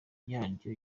yaryo